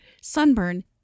sunburn